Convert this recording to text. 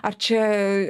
ar čia